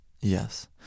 Yes